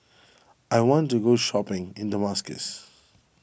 I want to go shopping in Damascus